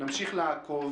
נמשיך לעקוב.